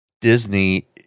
Disney